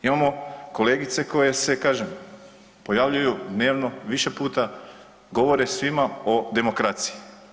Imamo kolegice koje se kažem pojavljuju dnevno više puta, govore svima o demokraciji.